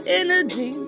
energy